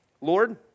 Lord